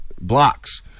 blocks